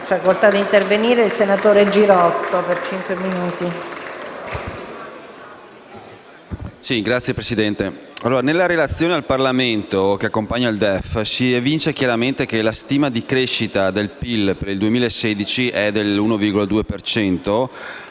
nella Relazione al Parlamento che accompagna il DEF si evince chiaramente che la stima di crescita del PIL per il 2016 è del 1,2